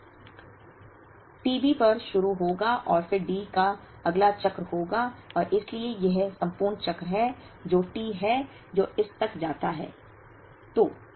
t B पर शुरू होगा और फिर D का अगला चक्र होगा और इसलिए यह संपूर्ण चक्र है जो T है जो इस तक जाता है